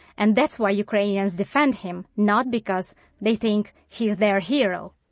and that's why ukrainians defend him, not because they think he's their hero.